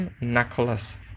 Nicholas